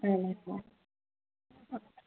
ആ ഓക്ക